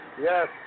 yes